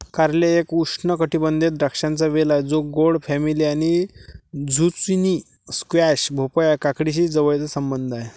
कारले एक उष्णकटिबंधीय द्राक्षांचा वेल आहे जो गोड फॅमिली आणि झुचिनी, स्क्वॅश, भोपळा, काकडीशी जवळचा संबंध आहे